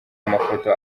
amafoto